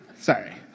Sorry